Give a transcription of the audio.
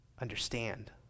understand